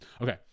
Okay